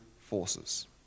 forces